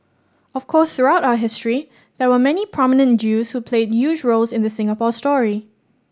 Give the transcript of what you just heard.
of course throughout our history there were many prominent Jews who played huge roles in the Singapore story